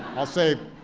i'll say,